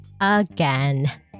again